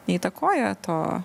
neįtakoja to